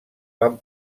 van